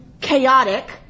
chaotic